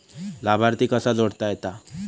लाभार्थी कसा जोडता येता?